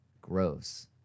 gross